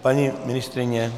Paní ministryně?